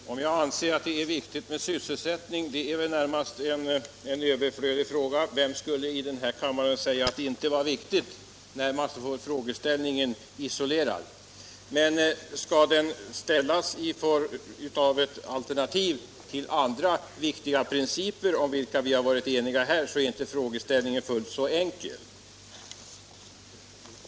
Herr talman! Frågan om jag anser att det är viktigt med sysselsättning är väl närmast överflödig. Vem i denna kammare skulle säga något annat när man ser frågeställningen isolerad? Men ställs frågan i form av ett alternativ till andra viktiga principer om vilka vi har varit eniga här är det inte fullt så enkelt.